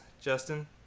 Justin